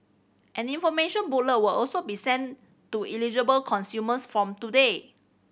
an information booklet will also be sent to eligible consumers from today